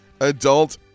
Adult